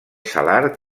salar